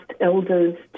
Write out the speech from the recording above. elders